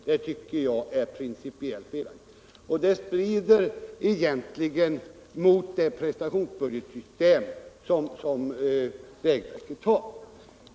Det tycker jag är principiellt felaktigt, och det strider egentligen mot det prestationsbudgetsystem som vägverket har.